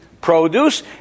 produce